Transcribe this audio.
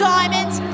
Diamonds